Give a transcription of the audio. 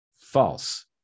false